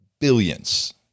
billions